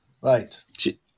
right